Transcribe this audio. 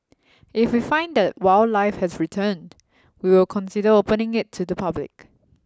if we find that wildlife has returned we will consider opening it to the public